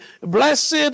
blessed